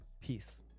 Peace